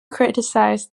criticized